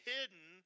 Hidden